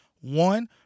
one